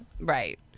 right